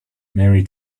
mary